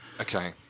Okay